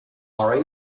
are